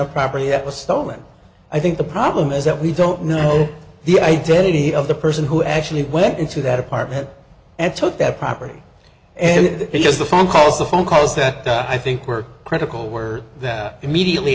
of property that was stolen i think the problem is that we don't know the identity of the person who actually went into that apartment and took that property and it was the phone calls the phone calls that i think were critical were that immediately